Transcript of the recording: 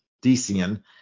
Decian